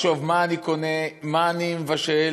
לחשוב מה אני קונה, מה אני מבשל,